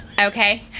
okay